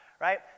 right